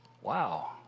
Wow